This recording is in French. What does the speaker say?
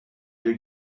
deux